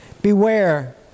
Beware